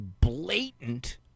blatant